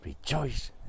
rejoice